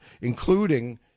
including